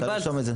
קיבלת.